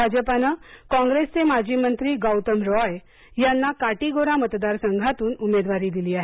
भाजपानं कॉंग्रेस चे माजी मंत्री गौतम रॉय यांना काटीगोरा मतदार संघातून उमेदवारी दिली आहे